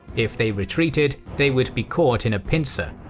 if they retreated, they would be caught in a pincer.